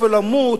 איפה למות,